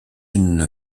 une